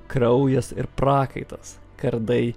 kraujas ir prakaitas kardai